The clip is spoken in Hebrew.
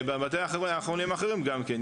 ובבתי החולים האחרים גם כן.